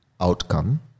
outcome